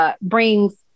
brings